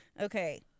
Okay